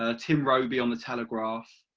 ah tim robey on the telegraph,